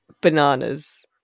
bananas